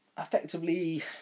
effectively